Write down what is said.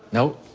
no,